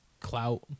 clout